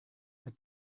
that